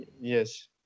Yes